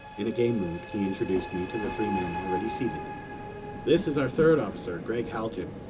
in a gay mood, he introduced me to the three men already seated this is our third officer, gregg haljan.